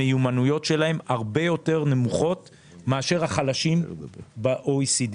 המיומנויות שלהם הרבה יותר נמוכות מאשר החלשים ב-OECD,